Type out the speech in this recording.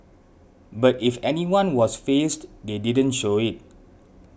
but if anyone was fazed they didn't show it